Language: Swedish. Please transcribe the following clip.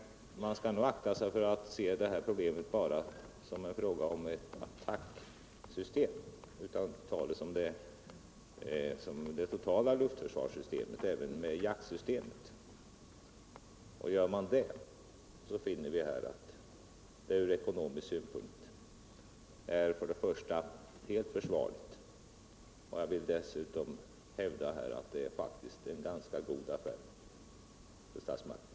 Man skall nog akta sig för att se det här problemet bara som en fråga om ett attacksystem utan ta det som det totala luftförsvarssystemet, även med jaktsystemet. Gör vi det, finner vi att det från ekonomisk synpunkt är helt . försvarligt. Jag vill dessutom hävda att det faktiskt är en ganska god affär för statsmakterna.